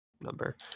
number